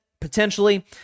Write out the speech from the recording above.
Potentially